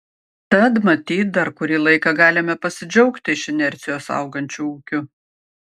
tad matyt dar kurį laiką galime pasidžiaugti iš inercijos augančiu ūkiu